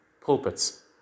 pulpits